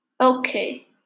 Okay